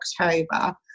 October